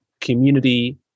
community